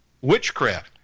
witchcraft